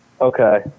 okay